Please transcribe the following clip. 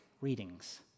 readings